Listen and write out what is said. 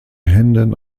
händen